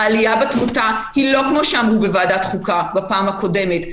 העלייה בתמותה היא לא כמו שאמרו בוועדת החוקה בפעם הקודמת,